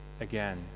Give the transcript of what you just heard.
again